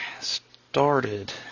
started